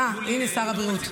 אה, הינה שר הבריאות.